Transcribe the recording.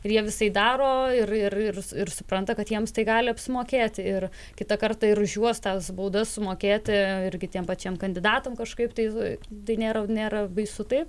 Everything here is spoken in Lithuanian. ir jie visai daro ir ir ir supranta kad jiems tai gali apsimokėti ir kitą kartą ir už juos tas baudas sumokėti ir kitiem pačiem kandidatam kažkaip tai tai nėra nėra baisu taip